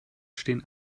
stehen